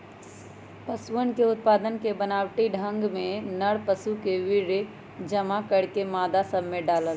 पशुअन के उत्पादन के बनावटी ढंग में नर पशु के वीर्य जमा करके मादा सब में डाल्ल